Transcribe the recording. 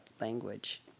language